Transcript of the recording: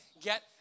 get